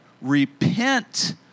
repent